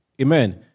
Amen